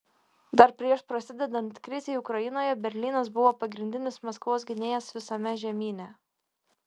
dar prieš prasidedant krizei ukrainoje berlynas buvo pagrindinis maskvos gynėjas visame žemyne